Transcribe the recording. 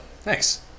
Thanks